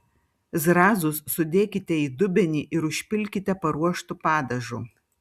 zrazus sudėkite į dubenį ir užpilkite paruoštu padažu